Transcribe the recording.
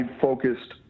focused